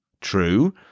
True